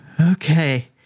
Okay